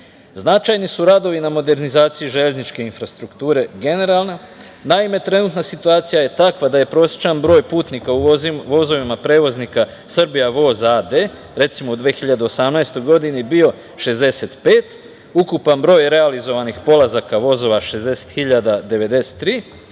prevoza. Značajni su radovi na modernizaciji železničke infrastrukture generalno. Naime, trenutna situacija je takva da je prosečan broj putnika u vozovima prevoznika „Srbija voz“ a.d, recimo, u 2018. godini bio 65, ukupan broj realizovanih polazaka vozova 60.093,